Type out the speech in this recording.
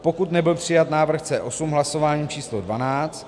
pokud nebyl přijat návrh C8 hlasováním č. dvanáct